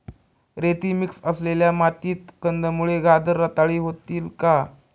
रेती मिक्स असलेल्या मातीत कंदमुळे, गाजर रताळी होतील का?